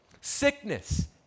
sickness